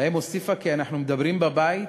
האם הוסיפה: אנחנו מדברים בבית,